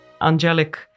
angelic